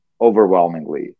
overwhelmingly